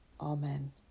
Amen